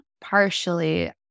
Partially